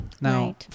now